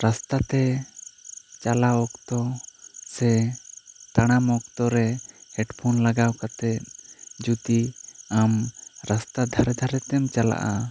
ᱨᱟᱥᱛᱟ ᱛᱮ ᱪᱟᱞᱟᱣ ᱚᱠᱛᱚ ᱥᱮ ᱛᱟᱲᱟᱢ ᱚᱠᱛᱚ ᱨᱮ ᱦᱮᱰᱯᱷᱳᱱ ᱞᱟᱜᱟᱣ ᱠᱟᱛᱮᱜ ᱡᱩᱫᱤ ᱟᱢ ᱨᱟᱥᱛᱟ ᱫᱷᱟᱨᱮ ᱫᱷᱟᱨᱮ ᱛᱮᱢ ᱪᱟᱞᱟᱜᱼᱟ